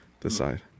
decide